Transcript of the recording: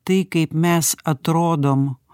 tai kaip mes atrodom